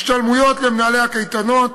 השתלמויות למנהלי הקייטנות,